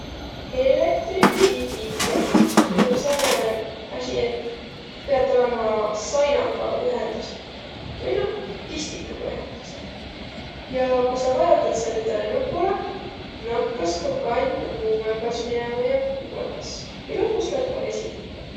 Eelektriviikiitjä om sääne asi, et piät olõma sainaga ühendüseh. Vai noh, pistikuga ühendüseh. Ja kui sa vajotat sääl ütele nupulõ, nakkas tuu kann kuumõmbas minemä ja kuumõmbas. Ja lõpus lätt ka vesi kiimä.